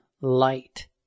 Light